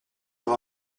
aura